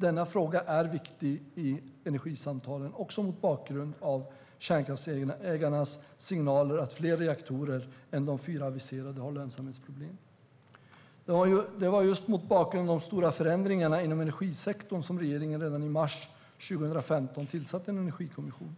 Denna fråga är viktig i energisamtalen, också mot bakgrund av kärnkraftsägarnas signaler om att fler reaktorer än de fyra aviserade har lönsamhetsproblem. Det var just mot bakgrund av de stora förändringarna inom energisektorn som regeringen redan i mars 2015 tillsatte en energikommission.